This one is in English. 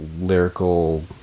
lyrical